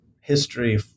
history